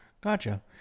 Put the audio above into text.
Gotcha